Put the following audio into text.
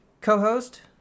Co-host